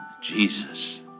Jesus